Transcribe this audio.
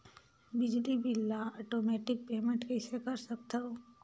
बिजली बिल ल automatic payment कइसे कर सकथव?